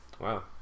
Wow